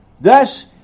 Thus